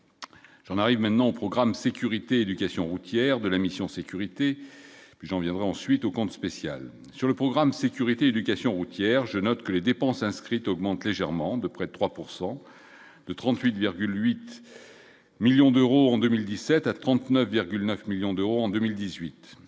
On arrive maintenant au programme, sécurité, éducation routière de la mission sécurité Jean viendra ensuite au compte spécial sur le programme, sécurité, éducation routière, je note que les dépenses inscrites augmente légèrement, de près de 3 pourcent de 38,8 millions d'euros en 2017 à 39,9 millions d'euros en 2018